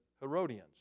Herodians